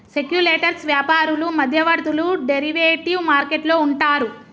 speculators వ్యాపారులు మధ్యవర్తులు derivative market లో ఉంటారు